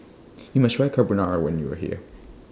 YOU must Try Carbonara when YOU Are here